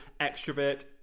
extrovert